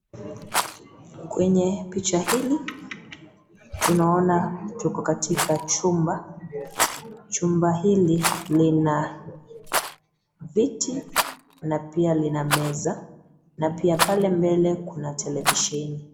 Kwenye picha hili tunaona tuko katika chumba. Chumba hili lina viti na pia lina meza na pia pale mbele kuna televisheni.